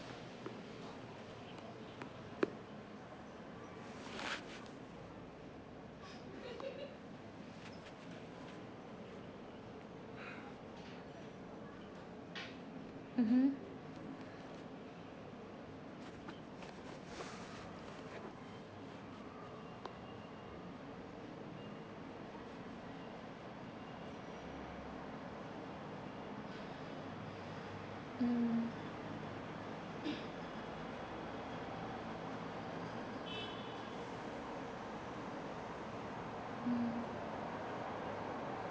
mmhmm mm mm